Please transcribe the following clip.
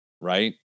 right